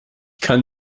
kann